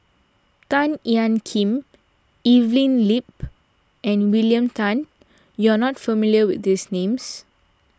Tan Ean Kiam Evelyn Lip and William Tan you are not familiar with these names